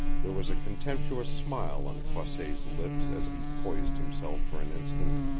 there was a contemptuous smile on croisset's lips as he poised himself for an instant.